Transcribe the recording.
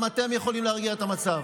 גם אתם יכולים להרגיע את המצב.